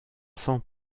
san